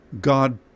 God